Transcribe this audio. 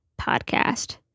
podcast